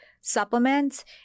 supplements